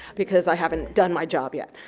because i haven't done my job yet.